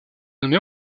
nommée